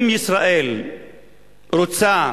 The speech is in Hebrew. אם ישראל רוצה,